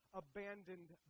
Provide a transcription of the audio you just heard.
abandoned